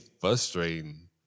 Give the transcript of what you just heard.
frustrating